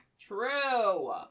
True